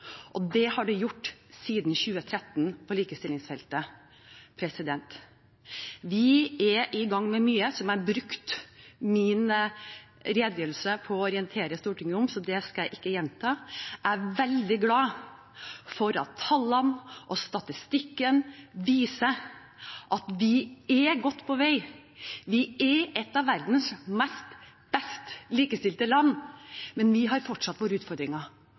og det har det gjort på likestillingsfeltet siden 2013. Vi er i gang med mye, som jeg brukte min redegjørelse til å orientere Stortinget om, så det skal jeg ikke gjenta. Jeg er veldig glad for at tallene og statistikken viser at vi er godt på vei. Vi er et av verdens mest likestilte land. Men vi har fortsatt våre utfordringer,